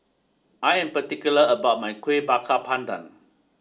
I am particular about my Kueh Bakar Pandan